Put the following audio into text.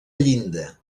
llinda